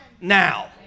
now